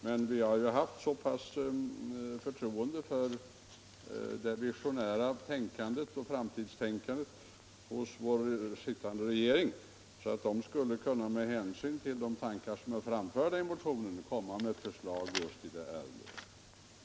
Men vi har haft så stort förtroende för det visionära tänkandet hos vår sittande regering att vi trodde att den med hänsyn till de tankegångar som framförts i motionen skulle kunna komma med förslag i ärendet.